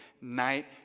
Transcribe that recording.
night